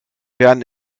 werden